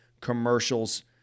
commercials